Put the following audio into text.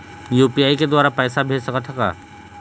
UPI के द्वारा पैसा भेज सकत ह का?